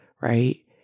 right